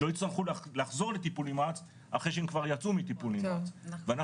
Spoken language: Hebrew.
שלא יצטרכו לחזור לטיפול נמרץ אחרי שהם כבר יצאו מטיפול נמרץ ואנחנו